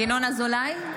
אזולאי,